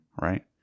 right